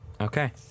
Okay